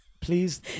Please